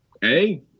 Hey